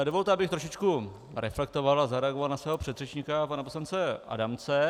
Dovolte, abych trošičku reflektoval a zareagoval na svého předřečníka, pana poslance Adamce.